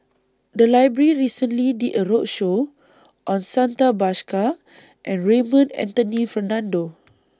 The Library recently did A roadshow on Santha Bhaskar and Raymond Anthony Fernando